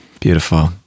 Beautiful